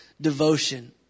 devotion